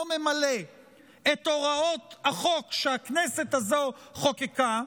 ממלא את הוראות החוק שהכנסת הזאת חוקקה,